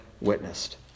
witnessed